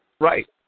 Right